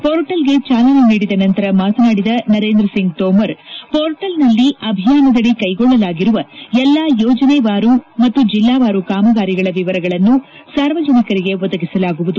ಷೋರ್ಟಲ್ಗೆ ಚಾಲನೆ ನೀಡಿದ ನಂತರ ಮಾತನಾಡಿದ ನರೇಂದ್ರ ಸಿಂಗ್ ತೋಮರ್ ಪೋರ್ಟಲ್ನಲ್ಲಿ ಅಭಿಯಾನದಡಿ ಕೈಗೊಳ್ಳಲಾಗಿರುವ ಎಲ್ಲಾ ಯೋಜನೆವಾರು ಮತ್ತು ಜಿಲ್ಲಾವಾರು ಕಾಮಗಾರಿಗಳ ವಿವರಗಳನ್ನು ಸಾರ್ವಜನಿಕರಿಗೆ ಒದಗಿಸಲಾಗುವುದು